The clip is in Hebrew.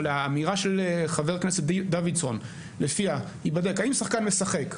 אבל האמירה של חבר הכנסת דוידסון לפיה ייבדק האם שחקן משחק,